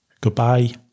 goodbye